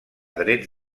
drets